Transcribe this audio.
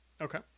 Okay